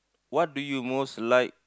what do you most like